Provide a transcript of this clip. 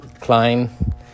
klein